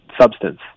substance